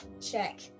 check